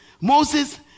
Moses